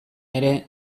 ere